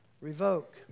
revoke